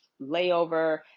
layover